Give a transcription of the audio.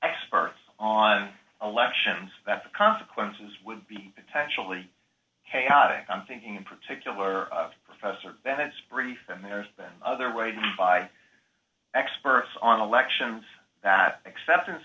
experts on elections that the consequences would be potentially chaotic i'm thinking in particular of professor bennett's brief and there's been other ways by experts on elections that acceptance